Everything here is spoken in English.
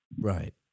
Right